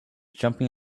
jumping